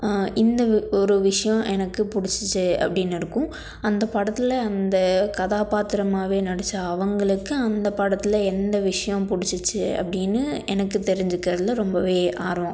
இந்த ஒரு விஷயம் எனக்கு பிடுச்சிச்சி அப்படின்னு இருக்கும் அந்த படத்தில் அந்த கதாபாத்திரமாகவே நடித்த அவர்களுக்கு அந்த படத்தில் எந்த விஷயம் பிடுச்சிச்சி அப்படின்னு எனக்கு தெரிஞ்சுக்கிறதுல ரொம்பவே ஆர்வம்